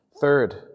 Third